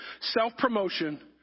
self-promotion